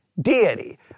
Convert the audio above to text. deity